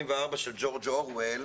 של ג'ורג' אורוויל,